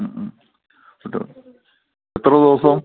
എത്ര എത്ര ദിവസം